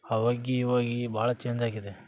ಆವಾಗಿಗೂ ಇವಾಗೂ ಭಾಳ ಚೇಂಜ್ ಆಗಿದೆ